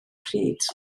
pryd